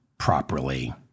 Properly